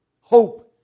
Hope